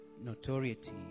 notoriety